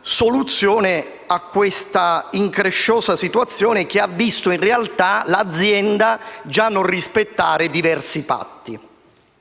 soluzione a questa incresciosa situazione che, in realtà, ha visto l’azienda non rispettare diversi patti.